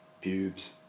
Pubes